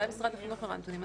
אולי משרד החינוך הראה נתונים.